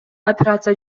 операция